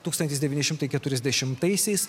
tūkstantis devyni šimtai keturiasdešimtaisiais